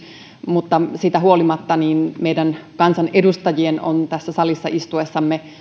mutta siitä huolimatta meidän kansanedustajien on tässä salissa istuessamme